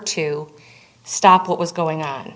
to stop what was going